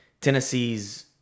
Tennessee's